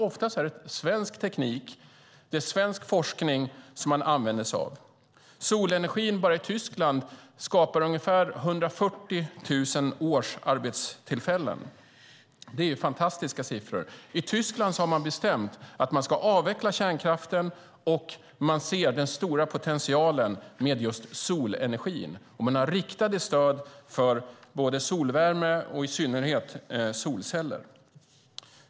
Oftast är det svensk teknik, svensk forskning, man använder sig av. Enbart i Tyskland skapar solenergin ungefär 140 000 årsarbetstillfällen. Det är en fantastisk siffra. I Tyskland har man bestämt att kärnkraften ska avvecklas. Man ser den stora potentialen med just solenergi. Man har riktade stöd för solvärme och i synnerhet för solceller.